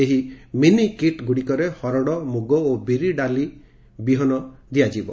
ଏହି ମିନିକିଟ୍ ଗୁଡ଼ିକରେ ହରଡ଼ ମୁଗ ଓ ବିରି ଡାଲି ବିହନ ଦିଆଯିବ